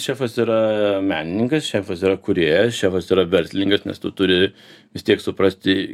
šefas yra menininkas šefas yra kūrėjas šefas yra verslininkas nes tu turi vis tiek suprasti